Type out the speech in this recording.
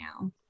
now